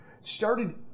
started